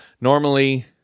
normally